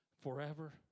forever